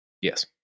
Yes